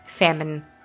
Famine